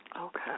Okay